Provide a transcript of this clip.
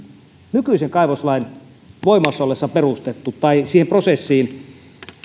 nykyisen kaivoslain voimassa ollessa perustettu tai siihen prosessiin